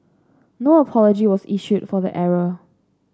no apology was issued for the error